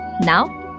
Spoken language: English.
Now